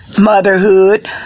motherhood